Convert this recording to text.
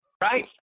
Right